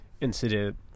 incident